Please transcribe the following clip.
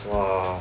!wah!